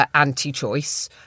anti-choice